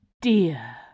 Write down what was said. dear